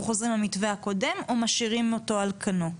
חוזרים למתווה הקודם או משאירים אותו על קנו,